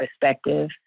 perspective